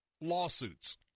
lawsuits